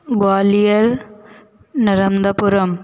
Gwalior Narmadapuram